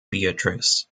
beatrice